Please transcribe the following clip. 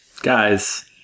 Guys